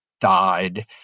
died